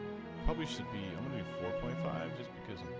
how we should be on the four point five is because